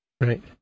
Right